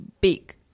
big